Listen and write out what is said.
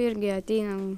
irgi ateinam